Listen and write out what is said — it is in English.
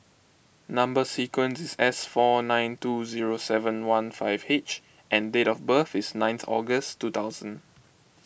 Number Sequence is S four nine two zero seven one five H and date of birth is ninth August two thousand